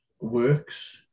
works